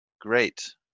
great